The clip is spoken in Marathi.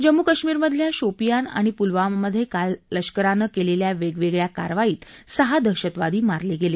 जम्मू कश्मिरमधल्या शोपियान आणि पुलवामा मधे काल लष्करानं केलेल्या वेगवेगळया कारवाईत सहा दहशतवादी मारले गेले